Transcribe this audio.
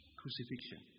crucifixion